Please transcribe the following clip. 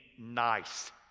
nice